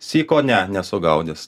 syko ne nesu gaudęs